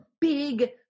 big